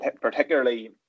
particularly